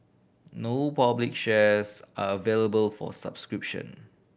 no public shares are available for subscription